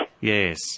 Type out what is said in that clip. Yes